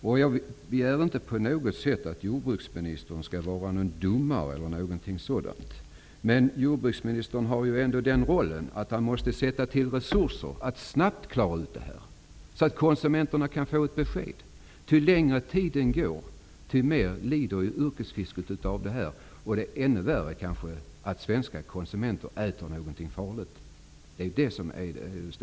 Jag vill inte på något sätt att jordbruksministern skall vara domare. Men jordbruksministern har ändå den rollen att han måste avsätta resurser för att snabbt klara ut det här, så att konsumenterna kan få ett besked. Ju längre tiden går, desto mer lider yrkesfiskarna. Ännu värre är det kanske att svenska konsumenter äter någonting farligt. Detta är det stora problemet.